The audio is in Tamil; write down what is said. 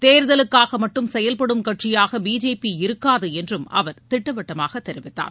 தேர்தலுக்காக மட்டும் செயல்படும் கட்சியாக பிஜேபி இருக்காது என்றும் அவர் திட்டவட்டமாக தெரிவித்தார்